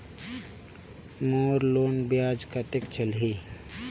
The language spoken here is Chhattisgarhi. मोर लोन ब्याज कतेक चलही?